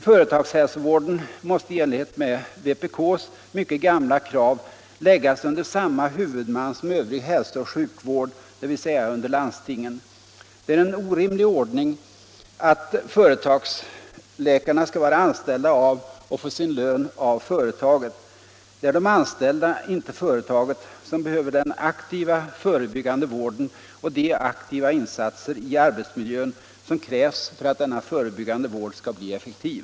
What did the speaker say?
Företagshälsovården måste i enlighet med vpk:s mycket gamla krav läggas under samma huvudman som övrig hälsooch sjukvård, dvs. under landstingen. Det är en orimlig ordning att företagsläkarna skall vara anställda av och få sin lön av företaget. Det är de anställda, inte företaget, som behöver den aktiva förebyggande vården och de aktiva insatser i arbetsmiljön som krävs för att denna förebyggande vård skall bli effektiv.